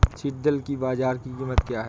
सिल्ड्राल की बाजार में कीमत क्या है?